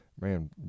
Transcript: man